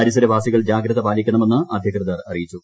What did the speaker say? പരിസരവാസികൾ ജാഗ്രത പാലിക്കണമെന്ന് അധികൃതർ അറിയിച്ചു